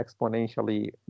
exponentially